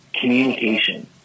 communication